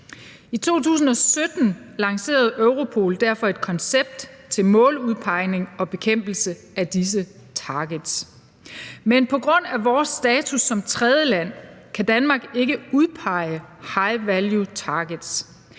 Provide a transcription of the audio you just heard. I 2017 lancerede Europol derfor et koncept til måludpegning og bekæmpelse af disse targets. Men på grund af vores status som tredjeland kan Danmark ikke udpege high value targets.